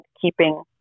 keeping